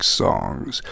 songs